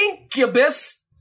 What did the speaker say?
incubus